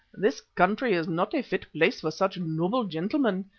this country is not a fit place for such noble gentlemen.